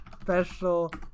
Special